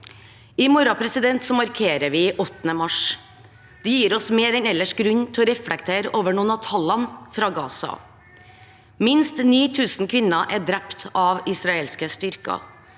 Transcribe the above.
I morgen markerer vi 8. mars. Det gir oss mer enn ellers grunn til å reflektere over noen av tallene fra Gaza: Minst 9 000 kvinner er drept av israelske styrker.